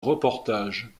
reportage